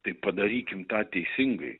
tai padarykim tą teisingai